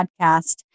podcast